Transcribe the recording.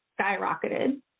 skyrocketed